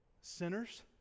sinners